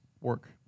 work